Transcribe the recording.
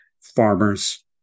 farmers